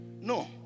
No